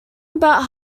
about